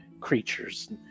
creatures